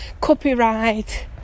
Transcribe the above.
copyright